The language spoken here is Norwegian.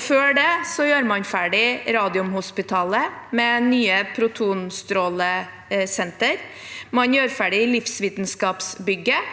Før det gjør man ferdig Radiumhospitalet med nytt protonstrålesenter, man gjør ferdig Livsvitenskapsbygget,